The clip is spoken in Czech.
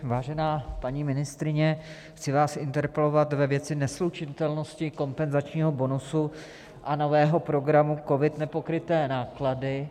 Vážená paní ministryně, chci vás interpelovat ve věci neslučitelnosti kompenzačního bonusu a nového programu COVID Nepokryté náklady...